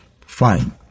Fine